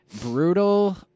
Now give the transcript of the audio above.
Brutal